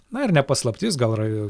na ir ne paslaptis gal rai